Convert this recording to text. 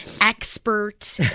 expert